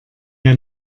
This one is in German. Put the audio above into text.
der